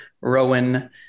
Rowan